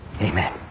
Amen